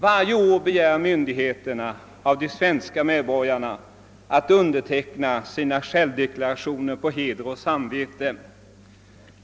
Varje år begär myndigheterna att svenska medborgare skall underteckna sina självdeklarationer på heder och samvete.